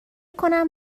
کنم